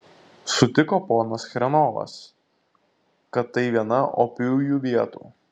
sutiko ponas chrenovas kad tai viena opiųjų vietų